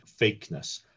fakeness